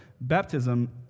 Baptism